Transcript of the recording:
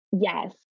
Yes